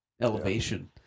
elevation